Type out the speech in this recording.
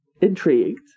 intrigued